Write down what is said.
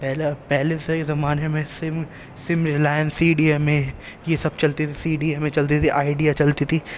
پہلے پہلے سے زمانے میں sim sim Reliance C D M A یہ سب چلتی تھی سی ڈی ایم اے چلتی تھی آئیڈیا چلتی تھی